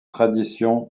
tradition